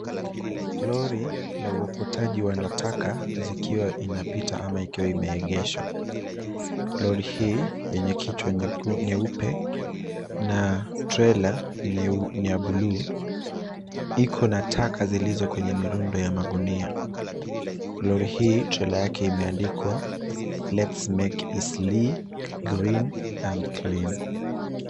Lori la uokotaji wa nataka zikiwa inapita ama ikiwa imeegeshwa. Lori hii yenye kichwa nyeupe na trella ni ya blue , iko na taka zilizo kwenye mirundo ya magunia. Lori hii trella yake imeandikwa, Let's Make Eastleigh green and Clean .